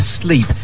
sleep